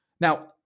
now